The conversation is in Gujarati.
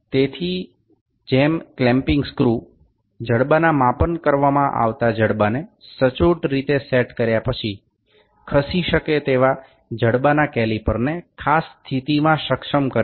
તેથી જેમ ક્લેમ્પીંગ સ્ક્રૂ જડબાના માપન કરવામાં આવતા જડબાંને સચોટ રીતે સેટ કર્યા પછી ખસી શકે તેવા જડબાના કેલિપરને ખાસ સ્થિતિમાં સક્ષમ કરે છે